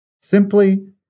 Simply